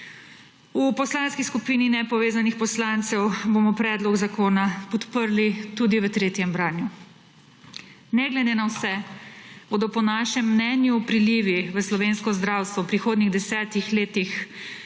V Poslanski skupini nepovezanih poslanec bomo predlog zakona podprli tudi v tretjem branju. Ne glede na vse bodo po našem mnenju prilivi v slovensko zdravstvo v prihodnjih desetih letih